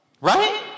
Right